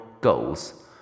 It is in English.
goals